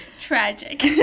Tragic